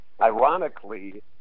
ironically